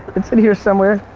it's in here somewhere.